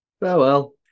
Farewell